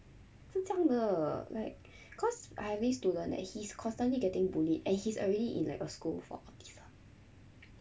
是这样的 like cause I have this student and he's constantly getting bullied and he's already in like a school for a giver